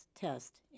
test